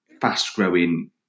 fast-growing